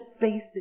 basic